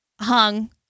hung